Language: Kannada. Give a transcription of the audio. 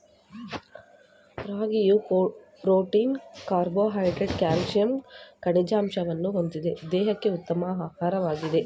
ರಾಗಿಯು ಪ್ರೋಟೀನ್ ಕಾರ್ಬೋಹೈಡ್ರೇಟ್ಸ್ ಕ್ಯಾಲ್ಸಿಯಂ ಖನಿಜಾಂಶಗಳನ್ನು ಹೊಂದಿದ್ದು ದೇಹಕ್ಕೆ ಉತ್ತಮ ಆಹಾರವಾಗಿದೆ